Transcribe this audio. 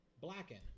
blacken